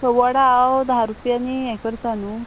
वडा हांव धा रुपयांनी हें करता न्हू